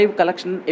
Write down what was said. collection